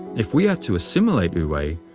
if we are to assimilate wu-wei,